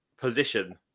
position